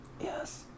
Yes